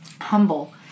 humble